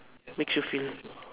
makes you feel